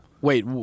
Wait